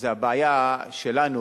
זה הבעיה שלנו,